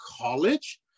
college